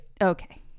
okay